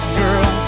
girl